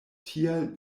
tial